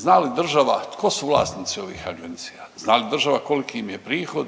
zna li država tko su vlasnici ovih agencija? Zna li država koliki im je prihod